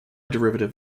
derivative